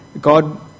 God